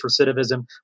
recidivism